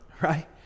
right